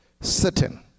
sitting